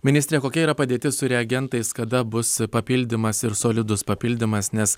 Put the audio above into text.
ministre kokia yra padėtis su reagentais kada bus papildymas ir solidus papildymas nes